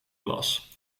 glas